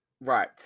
right